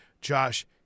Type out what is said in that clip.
Josh